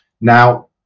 Now